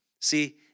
See